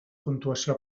puntuació